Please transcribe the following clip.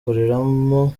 avuga